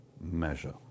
measure